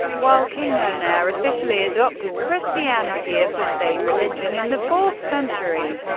while king urnayr officially adopted christianity as the state religion in the fourth century.